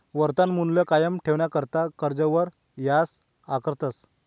वर्तमान मूल्य कायम ठेवाणाकरता कर्जवर याज आकारतस